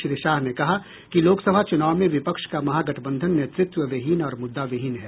श्री शाह ने कहा कि लोकसभा चुनाव में विपक्ष का महागठबंधन नेतृत्व विहीन और मुद्दा विहीन है